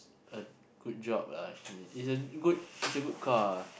a good job lah actually it's a good civic car